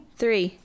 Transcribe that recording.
three